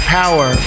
power